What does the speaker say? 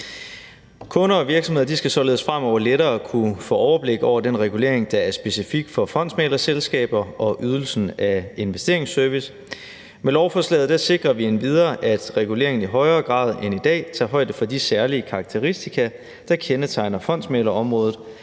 Kunder og virksomheder skal således fremover lettere kunne få overblik over den regulering, der er specifik for fondsmæglerselskaber og ydelsen af investeringsservice. Med lovforslaget sikrer vi endvidere, at reguleringen i højere grad end i dag tager højde for de særlige karakteristika, der kendetegner fondsmæglerområdet,